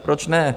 Proč ne?